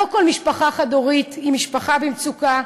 לא כל משפחה חד-הורית היא משפחה במצוקה,